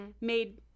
made